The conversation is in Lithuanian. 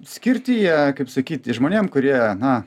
skirti jie kaip sakyt žmonėm kurie na